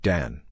Dan